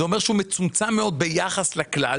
זה אומר שהוא מצומצם מאוד ביחס לכלל.